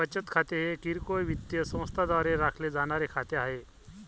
बचत खाते हे किरकोळ वित्तीय संस्थांद्वारे राखले जाणारे खाते आहे